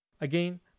Again